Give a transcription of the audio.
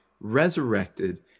resurrected